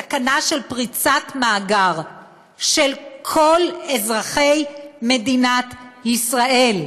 סכנה של פריצת מאגר של כל אזרחי מדינת ישראל,